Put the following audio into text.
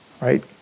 right